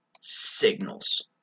signals